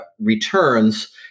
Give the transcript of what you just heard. returns